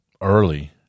early